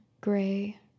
gray